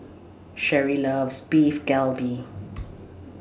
Sherry loves Beef Galbi